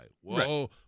Whoa